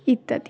ইত্যাদি